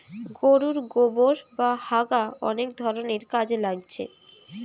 গোরুর গোবোর বা হাগা অনেক ধরণের কাজে লাগছে